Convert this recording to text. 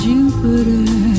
Jupiter